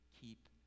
Keep